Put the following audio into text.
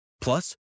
Plus